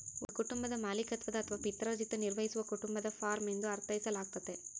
ಒಂದು ಕುಟುಂಬದ ಮಾಲೀಕತ್ವದ ಅಥವಾ ಪಿತ್ರಾರ್ಜಿತ ನಿರ್ವಹಿಸುವ ಕುಟುಂಬದ ಫಾರ್ಮ ಎಂದು ಅರ್ಥೈಸಲಾಗ್ತತೆ